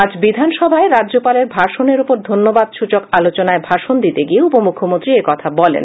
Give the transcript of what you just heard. আজ বিধানসভায় রাজ্যপালের ভাষণের উপর ধন্যবাদসচক আলোচনায় ভাষণ দিতে গিয়ে উপমুখ্যমন্ত্রী একথা বলেন